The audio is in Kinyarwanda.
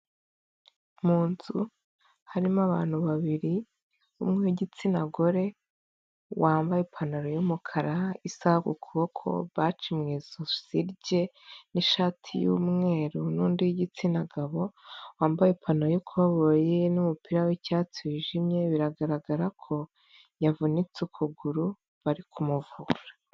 Mu nzu harimo abantu babiri b'igitsina gore wambaye ipantaro y'umukara isa ukuboko baji mu ijosi rye n'ishati y'mweru n'undi w'igitsina gabo wambaye ipantaro y'i koboyi n' numupira w'icyatsi wijimye biragaragara ko yavunitse ukuguru bari kumuvura.